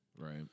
Right